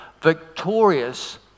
victorious